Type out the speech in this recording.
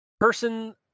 person